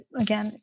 again